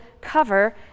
cover